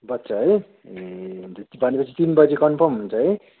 बज्छ है ए भनेपछि तिन बजी कन्फर्म हुन्छ है